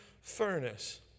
furnace